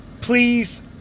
please